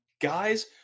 Guys